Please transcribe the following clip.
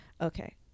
Okay